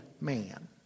man